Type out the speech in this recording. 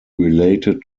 related